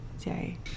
day